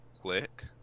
click